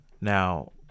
Now